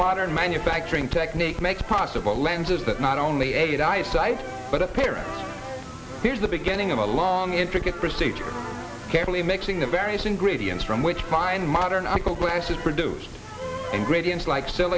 modern manufacturing technique makes possible lenses that not only aid eyesight but appearance here's the beginning of a long intricate procedure carefully mixing the various ingredients from which fine modern brass is produced and gradients like sil